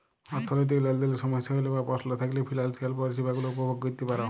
অথ্থলৈতিক লেলদেলে সমস্যা হ্যইলে বা পস্ল থ্যাইকলে ফিলালসিয়াল পরিছেবা গুলা উপভগ ক্যইরতে পার